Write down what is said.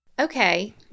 Okay